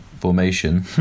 formation